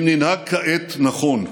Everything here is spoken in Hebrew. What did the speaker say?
אם ננהג כעת נכון,